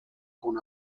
con